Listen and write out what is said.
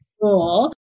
school